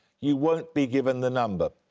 you won't be given the number.